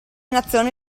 nazione